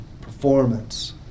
performance